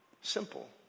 simple